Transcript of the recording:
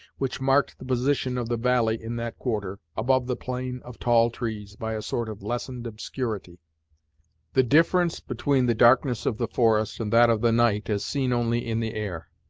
which marked the position of the valley in that quarter, above the plain of tall trees, by a sort of lessened obscurity the difference between the darkness of the forest, and that of the night, as seen only in the air.